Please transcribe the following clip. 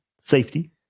safety